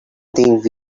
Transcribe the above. think